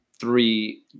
three